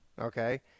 okay